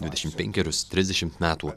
dvidešim penkerius trisdešimt metų